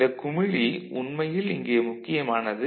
இந்த குமிழி உண்மையில் இங்கே முக்கியமானது